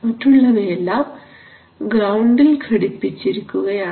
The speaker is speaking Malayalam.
മറ്റുള്ളവയെല്ലാം ഗ്രൌണ്ടിൽ ഘടിപ്പിച്ചിരിക്കുകയാണ്